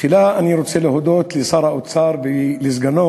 תחילה אני רוצה להודות לשר האוצר ולסגנו